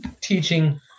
teaching